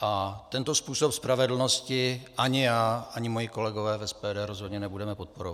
a tento způsob spravedlnosti ani já, ani moji kolegové v SPD v rozhodně nebudeme podporovat.